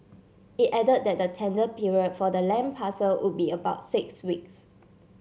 it added that the tender period for the land parcel would be about six weeks